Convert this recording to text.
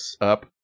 up